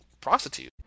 prostitute